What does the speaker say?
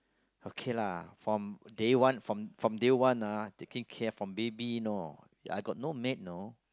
okay lah from day one from from day one ah they take care from baby know I get no maid know